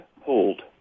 hold